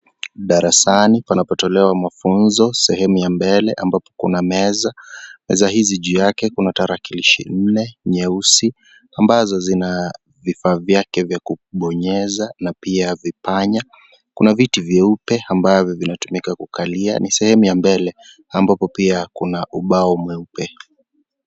Darasani panapotolewa mafunzo sehemu ya mbele ambapo kuna meza na saa hizi juu yake kuna tarakilishi nne nyeusi ambazo zina vipaa vyake vya kubonyeza na pia vipanya kuna viti vyeupe ambavyo vinatumika kukalia, ni sehemu ya mbele ambapo pia ubao mweupe.